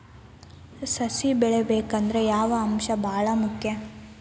ಸಸಿ ಬೆಳಿಬೇಕಂದ್ರ ಯಾವ ಅಂಶ ಭಾಳ ಮುಖ್ಯ?